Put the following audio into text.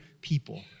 people